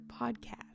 Podcast